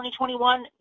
2021